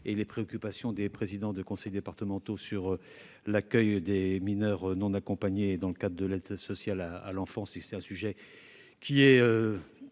et les préoccupations des présidents de conseil départemental en matière d'accueil des mineurs non accompagnés dans le cadre de l'aide sociale à l'enfance. Cette question